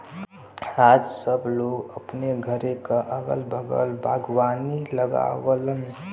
आज सब लोग अपने घरे क अगल बगल बागवानी लगावलन